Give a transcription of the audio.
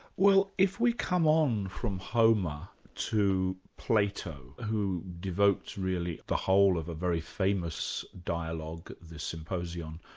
well if we come on from homer to plato, who devotes really the whole of a very famous dialogue, the symposium,